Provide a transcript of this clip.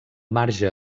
marge